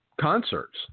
Concerts